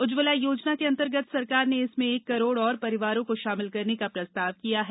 उज्ज्वला योजना के अंतर्गत सरकार ने इसमें एक करोड़ और परिवारों को शामिल करने का प्रस्ताव किया है